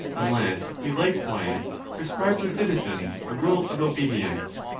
unless we likewise prescribe the citizens a rule of obedience.